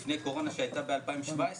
לפני קורונה שהייתה ב-2017.